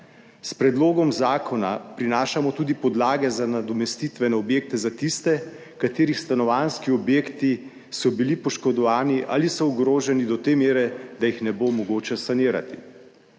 S predlogom zakona prinašamo tudi podlage za nadomestitvene objekte za tiste, katerih stanovanjski objekti so bili poškodovani ali so ogroženi do te mere, da jih ne bo mogoče sanirati.